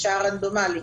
בשעה רנדומלית,